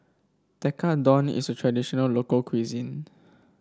tekkadon is a traditional local cuisine